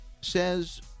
...says